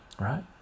right